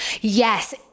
yes